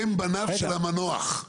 הם בניו של המנוח.